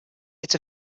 its